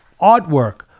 artwork